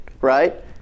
right